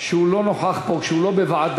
שהוא לא נוכח פה כשהוא לא בוועדה,